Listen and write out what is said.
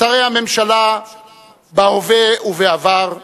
שרי הממשלה בהווה ובעבר,